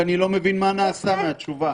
ואני לא מבין מהתשובה מה נעשה.